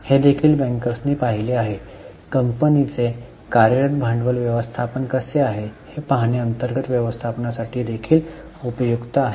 हे देखील बँकर्सनी पाहिले आहे कंपनीचे कार्यरत भांडवल व्यवस्थापन कसे आहे हे पाहणे अंतर्गत व्यवस्थापनासाठी देखील उपयुक्त आहे